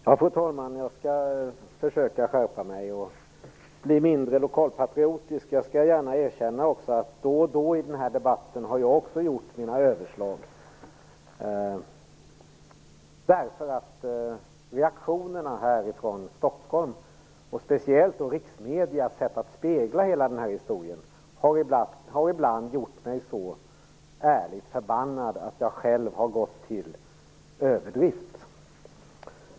Fru talman! Jag skall försöka skärpa mig och bli mindre lokalpatriotisk. Jag skall också gärna erkänna att jag då och då i den här debatten har gjort mina överslag. Reaktionerna från Stockholm och speciellt riksmediernas sätt att spegla hela den här historien har ibland gjort mig så ärligt förbaskad att jag själv har gått till överdrift.